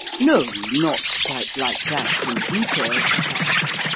no, not quite like that, in detail, perhaps,